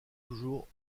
toujours